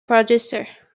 producer